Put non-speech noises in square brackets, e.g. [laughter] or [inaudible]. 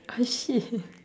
oh shit [laughs]